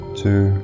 two